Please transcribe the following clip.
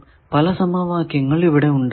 പല സമവാക്യങ്ങൾ ഇവിടെ ഉണ്ടാകും